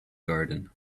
garden